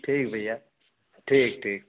ठीक है भैया ठीक ठीक